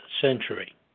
century